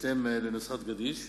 בהתאם לנוסחת גדיש,